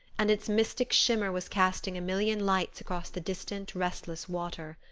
and its mystic shimmer was casting a million lights across the distant, restless water.